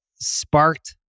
sparked